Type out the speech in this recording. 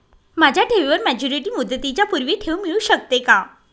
माझ्या ठेवीवर मॅच्युरिटी मुदतीच्या पूर्वी ठेव मिळू शकते का?